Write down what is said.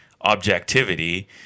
objectivity